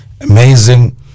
amazing